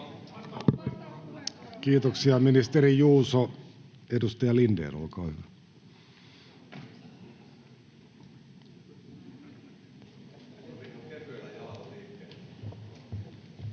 Kiitoksia, ministeri Juuso. — Edustaja Lindén, olkaa hyvä.